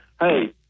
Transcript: Hey